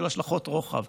השלכות רוחב,